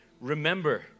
Remember